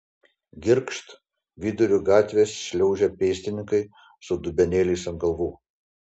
girgžt viduriu gatvės šliaužia pėstininkai su dubenėliais ant galvų